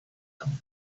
tom